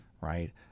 Right